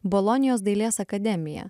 bolonijos dailės akademija